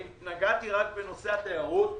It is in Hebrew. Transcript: נגעתי רק בנושא התיירות.